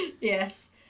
yes